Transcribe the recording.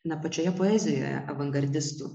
na pačioje poezijoje avangardistų